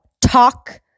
talk